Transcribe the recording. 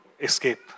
escape